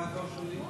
מתי התור שלי?